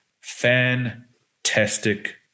fantastic